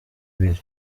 ibiri